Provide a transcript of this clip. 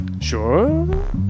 Sure